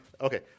okay